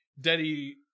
daddy